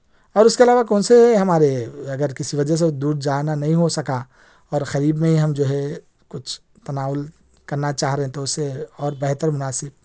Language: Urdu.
اور اس کے علاوہ کون سے ہمارے اگر کسی وجہ سے دور جانا نہیں ہو سکا اور قریب میں ہی ہم جو ہے کچھ تناول کرنا چاہ رہے ہیں تو اس سے اور بہتر مناسب